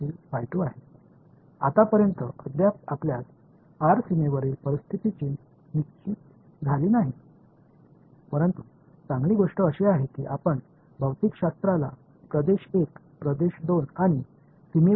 இதுவரை நாம் இன்னும் r பௌண்டரி கண்டிஷன்ஸ் எதிர்கொள்ளவில்லை ஆனால் நல்ல விஷயம் என்னவென்றால் இயற்பியலை பிராந்திய 1 பகுதி 2 ஆகவும் எல்லையில் ஒரு வெளிப்பாடாக பிரித்துள்ளோம்